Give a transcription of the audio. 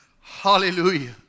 Hallelujah